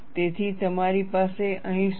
તેથી તમારી પાસે અહીં શું છે